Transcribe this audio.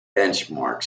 benchmark